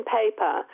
paper